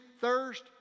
thirst